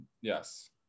Yes